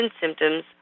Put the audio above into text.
symptoms